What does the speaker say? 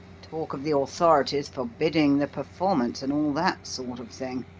talk of the authorities forbidding the performance, and all that sort of thing.